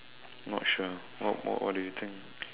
not sure what what what do you think